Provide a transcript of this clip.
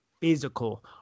physical